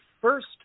first